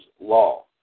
law